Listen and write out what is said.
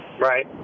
Right